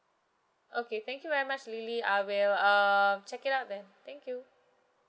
okay thank you very much lily I will uh check it out then thank you